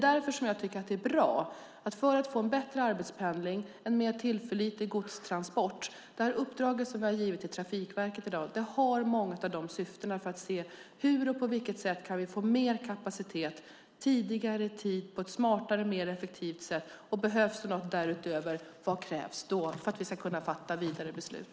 Vi behöver få en bättre arbetspendling och en mer tillförlitlig godstransport. Det uppdrag som vi i dag har gett till Trafikverket har många av de syftena med för att se på vilket sätt vi kan få mer kapacitet tidigare och på ett smartare och mer effektivt sätt. Om det behövs något därutöver behöver vi veta vad som krävs för att vi ska kunna fatta vidare beslut.